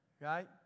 Right